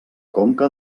conca